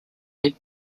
head